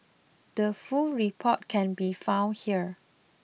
the full report can be found here